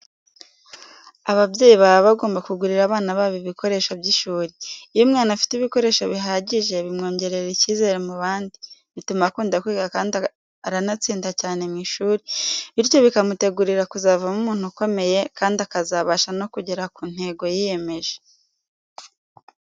Ababyeyi baba bagomba kugurira abana babo ibikoresho by'ishuri. Iyo umwana afite ibikoresho bihagije bimwongerera icyizere mu bandi, bituma akunda kwiga kandi aranatsinda cyane mu ishuri, bityo bikamutegurira kuzavamo umuntu ukomeye kandi akazabasha no kugera ku ntego yiyemeje.